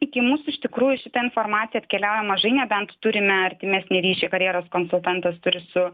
iki mūsų iš tikrųjų šita informacija atkeliauja mažai nebent turime artimesnį ryšį karjeros konsultantas turi su